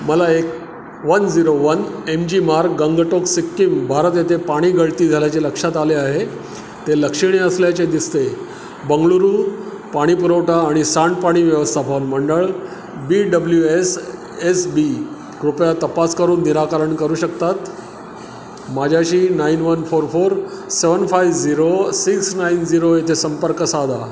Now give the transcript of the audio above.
मला एक one zero one M G मार्ग गंगटोक सिक्कीम भारत येथे पाणी गळती झाल्याचे लक्षात आले आहे ते लक्षणीय असल्याचे दिसते बंगळुरू पाणी पुरवठा आणि सांडपाणी व्यवस्थापन मंडळ B W S S B कृपया तपास करून निराकरण करू शकतात माझ्याशी nine one four four seven five zero six nine zero येथे संपर्क साधा